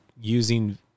using